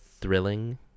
thrilling